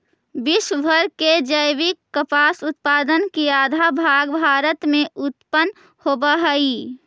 विश्व भर के जैविक कपास उत्पाद के आधा भाग भारत में उत्पन होवऽ हई